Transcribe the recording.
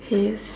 his